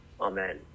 amen